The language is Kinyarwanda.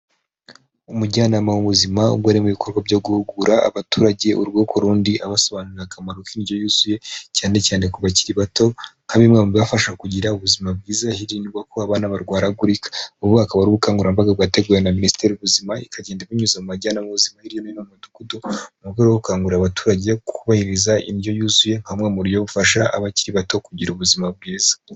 Umujyanama w'ubuzima, ubwo ari mubikorwa byo guhugura abaturage urugo kurundi, abasobanurira akamaro kiryo yuzuye, cyane cyane kubakiri bato, ari bimwe mubibafasha kugira ubuzima bwiza hirindwa ko abana barwaragurika. Ubu akaba ari ubukangurambaga bateguwe na minisiteri y'ubuzima agenda ibunyuza mu majya nuruza biri no mumudugudu, mu rwego rwo gukangurira abaturage kubahiriza indyo yuzuye haba muburyo bufasha abakiri bato kugira ubuzima bwiza